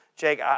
Jake